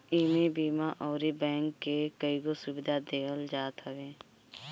इमे बीमा अउरी बैंक के कईगो सुविधा देहल जात हवे